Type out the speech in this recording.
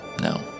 No